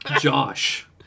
Josh